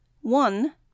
one